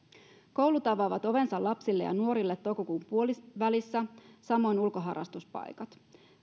koulut avaavat ovensa lapsille ja nuorille toukokuun puolivälissä samoin ulkoharrastuspaikat